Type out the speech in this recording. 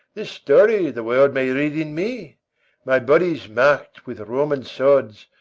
this story the world may read in me my body's mark'd with roman swords,